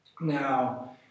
Now